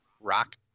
rock